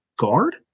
Guard